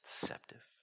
deceptive